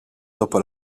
dopo